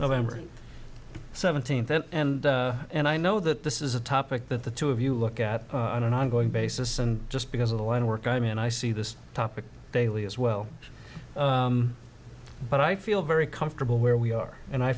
november seventeenth and i know that this is a topic that the two of you look at on an ongoing basis and just because of the line of work i mean i see this topic daily as well but i feel very comfortable where we are and i